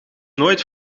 nooit